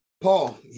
Paul